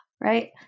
right